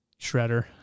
Shredder